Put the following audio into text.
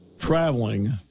traveling